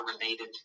related